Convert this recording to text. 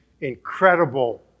incredible